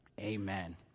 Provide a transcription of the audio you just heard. amen